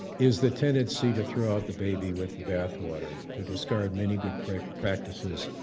is the tendency to throw out the baby with the bathwater. to discard many good practices,